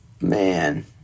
Man